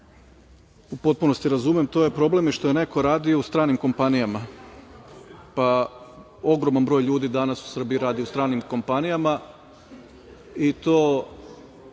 u potpunosti razumem je problem što je neko radio u stranim kompanijama. Ogroman broj ljudi danas u Srbiji radi u stranim kompanijama.